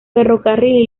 ferrocarril